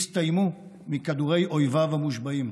הסתיימו מכדורי אויביו המושבעים.